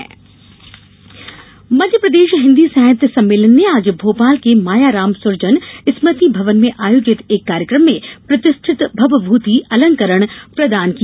वागीश्वरी प्रस्कार मध्यप्रदेश हिन्दी साहित्य सम्मेलन ने आज भोपाल के मायाराम सुरजन स्मृति भवन में आयोजित एक कार्यक्रम में प्रतिष्ठित भवभूति अलंकरण प्रदान किया